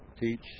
teach